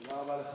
תודה רבה לך,